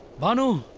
banu!